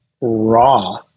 raw